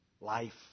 Life